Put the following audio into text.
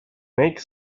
make